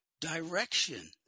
Direction